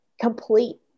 complete